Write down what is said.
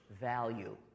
value